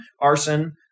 Arson